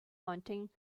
hunting